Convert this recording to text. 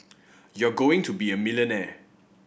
you're going to be a millionaire